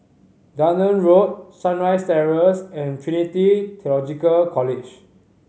Dunearn Road Sunrise Terrace and Trinity Theological College